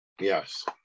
Yes